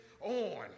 On